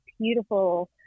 beautiful